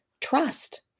trust